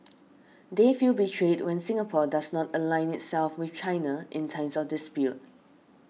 they feel betrayed when Singapore does not align itself with China in times of dispute